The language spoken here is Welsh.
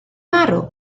marw